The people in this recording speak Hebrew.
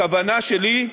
הכוונה שלי,